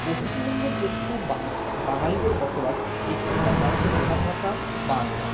পশ্চিমবঙ্গ যেহেতু বাঙালিদের বসবাস এখানকার মানুষদের প্রধান ভাষা বাংলা